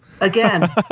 Again